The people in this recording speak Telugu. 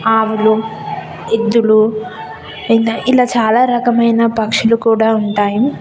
ఆవులు ఎద్దులు ఇంకా ఇలా చాలా రకమైన పక్షులు కూడా ఉంటాయి